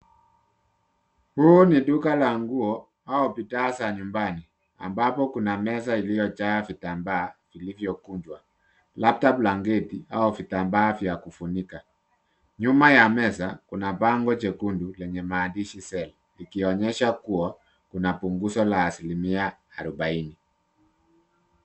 Huu ni duka la nguo au bidhaa za nyumbani ambapo kuna meza iliyojaa vitambaa vilivyokunjwa, labda blanketi au vitambaa vya kufunika. Nyuma ya meza kuna bango jekundu lenye maandishi sell likionyesha kuwa kuna punguzo la asilimia arubaini.